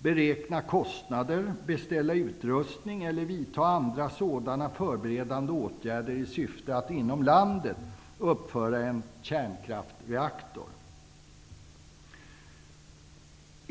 beräkna kostnader, beställa utrustning eller vidta andra sådana förberedande åtgärder i syfte att inom landet uppföra en kärnkraftsreaktor''.